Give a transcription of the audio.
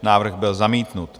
Návrh byl zamítnut.